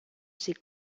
ces